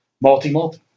Multi-multi